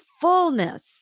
fullness